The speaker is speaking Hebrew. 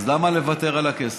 אז למה לוותר על הכסף?